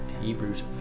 Hebrews